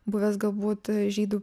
buvęs galbūt žydų